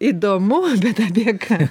įdomu bet apie ką